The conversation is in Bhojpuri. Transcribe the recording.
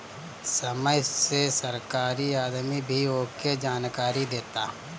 समय से सरकारी आदमी भी आके जानकारी देता